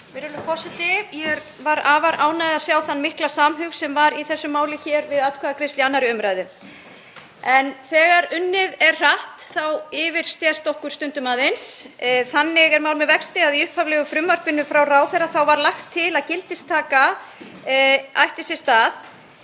Virðulegur forseti. Ég var afar ánægð að sjá þann mikla samhug sem var í þessu máli hér við atkvæðagreiðslu í 2. umr. En þegar unnið er hratt þá yfirsést okkur stundum aðeins. Þannig er mál með vexti að í upphaflega frumvarpinu frá ráðherra var lagt til að gildistaka ætti sér stað